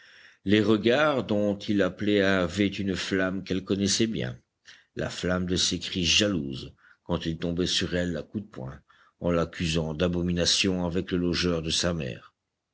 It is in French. les regards dont il l'appelait avaient une flamme qu'elle connaissait bien la flamme de ses crises jalouses quand il tombait sur elle à coups de poing en l'accusant d'abominations avec le logeur de sa mère